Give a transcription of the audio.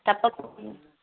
తప్పకుండా